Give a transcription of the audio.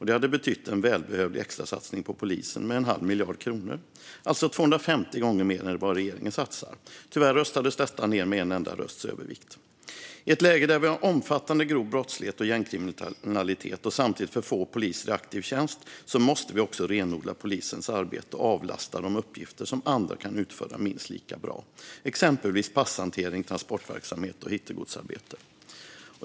Det hade betytt en välbehövlig extrasatsning på polisen med en halv miljard kronor, alltså 250 gånger mer än vad regeringen satsar. Tyvärr röstades detta ned med enda rösts övervikt. I ett läge där vi har en omfattande grov brottslighet och gängkriminalitet, och samtidigt för få poliser i aktiv tjänst, måste vi också renodla polisens arbete och avlasta dem uppgifter som andra kan utföra minst lika bra, exempelvis passhantering, transportverksamhet och hittegodsarbete.